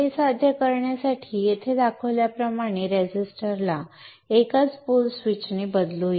हे साध्य करण्यासाठी येथे दाखवल्याप्रमाणे रेझिस्टरला एकाच पोल स्विचने बदलू या